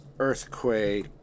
Earthquake